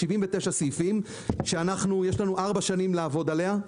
79 סעיפים שיש לנו 4 שנים לעבוד עליה.